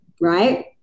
right